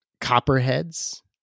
copperheads